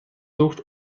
sucht